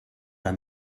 alla